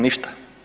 Ništa.